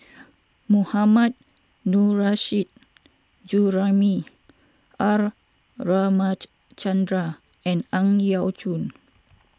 Mohammad Nurrasyid Juraimi R Ramachandran and Ang Yau Choon